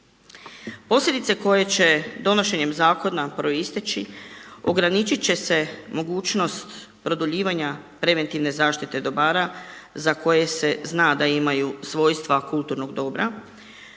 Posljedice koje će donošenjem zakona proisteći ograničit će se mogućnost produljivanja preventivne zaštite dobara za koje se zna da imaju svojstva kulturnog dobra,